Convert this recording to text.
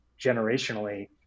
generationally